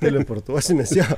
teleportuosimės jo